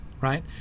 right